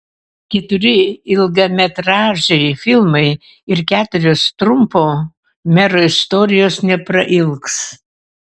keturi ilgametražiai filmai ir keturios trumpo mero istorijos neprailgs